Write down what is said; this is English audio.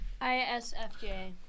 I-S-F-J